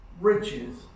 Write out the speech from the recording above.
riches